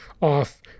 off